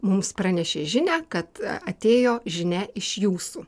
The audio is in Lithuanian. mums pranešė žinią kad atėjo žinia iš jūsų